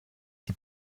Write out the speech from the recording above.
die